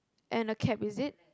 and a cap is it